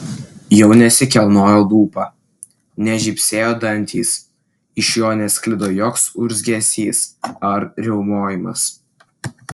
jau nesikilnojo lūpa nežybsėjo dantys iš jo nesklido joks urzgesys ar riaumojimas